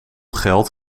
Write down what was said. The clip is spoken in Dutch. geld